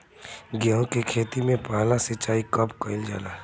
गेहू के खेती मे पहला सिंचाई कब कईल जाला?